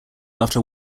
after